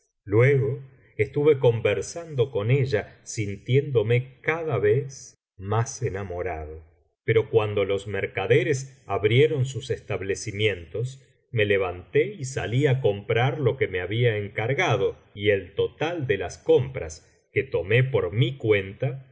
luego estuve conversando con ella sintiéndome cada vez más enamorado pero cuando los mercaderes abrieron sus establecimientos me levanté y salí á comprar lo que me había encargado y el total de las compras que tomé por mi cuenta